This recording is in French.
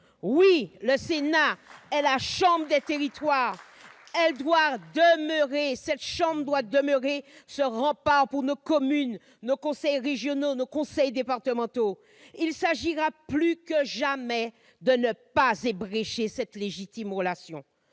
Oui, le Sénat est la chambre des territoires, qui doit demeurer ce rempart pour nos communes, nos conseils régionaux, nos conseils départementaux ! Il s'agira plus que jamais de ne pas ébrécher cette légitime relation.